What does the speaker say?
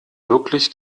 wirklich